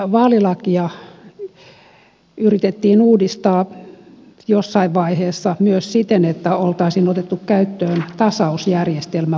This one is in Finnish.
vaalilakia yritettiin uudistaa jossain vaiheessa myös siten että oltaisiin otettu käyttöön tasausjärjestelmä valtakunnallisesti